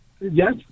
yes